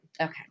Okay